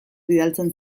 bidaltzen